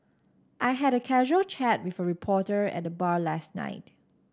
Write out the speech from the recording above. I had a casual chat with a reporter at the bar last night